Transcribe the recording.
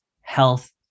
health